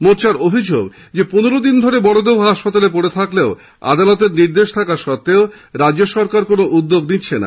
মোর্চার অভিযোগ পনেরো দিন ধরে মরদেহ হাসপাতালে পড়ে থাকলেও আদালতের নির্দেশ সত্ত্বেও রাজ্য সরকার কোনো উদ্যোগ নিচ্ছে না